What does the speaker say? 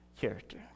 character